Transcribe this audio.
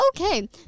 Okay